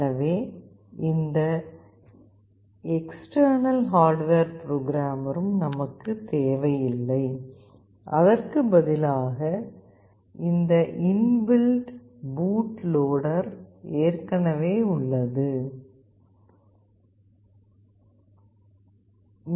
எனவே எந்த external hardware புரோகிராமரும் நமக்கு தேவையில்லை அதற்கு பதிலாக இந்த இன் பில்ட் பூட் லோடர் ஏற்கனவே உள்ளது